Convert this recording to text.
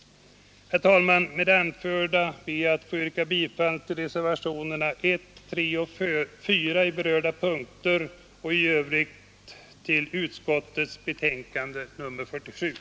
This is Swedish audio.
Herr talman! Med det anförda ber jag att få yrka bifall till reservationerna 1, 3 och 4 på berörda punkter och i övrigt till utskottets hemställan i betänkandet nr 49.